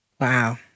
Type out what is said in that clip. Wow